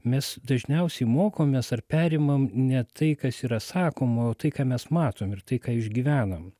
mes dažniausiai mokomės ar perimam ne tai kas yra sakoma o tai ką mes matom ir tai ką išgyvenam